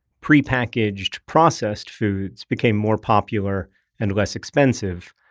prepackaged, processed foods became more popular and less expensive,